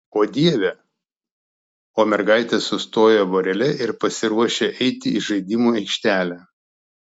o dieve o mergaitės sustoja vorele ir pasiruošia eiti į žaidimų aikštelę